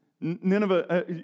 Nineveh